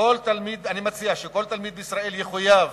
אני מציע שכל תלמיד בישראל יחויב